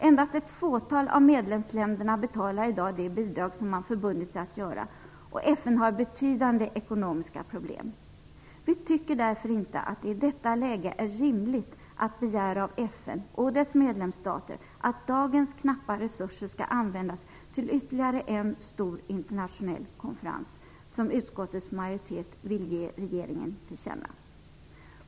Endast ett fåtal av medlemsländerna betalar i dag de bidrag som man förbundit sig att göra. FN har betydande ekonomiska problem. Vi tycker därför inte att det i detta läge är rimligt att begära av FN och dess medlemsstater att dagens knappa resurser skall användas för ytterligare en stor internationell konferens, som utskottets majoritet vill ge regeringen till känna.